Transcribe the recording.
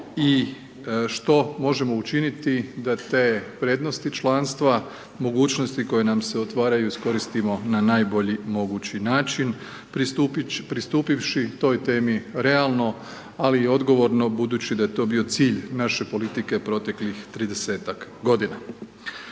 i što možemo učiniti da te prednosti članstva, mogućnosti koje nam se otvaraju iskoristimo na najbolji mogući način pristupivši toj temi realno ali i odgovorno budući da je to bio cilj naše politike proteklih 30-tak godina.